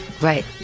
right